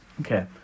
Okay